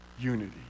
unity